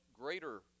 greater